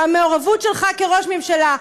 והמעורבות שלך כראש ממשלה,